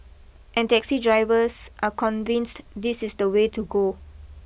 and taxi drivers are convinced this is the way to go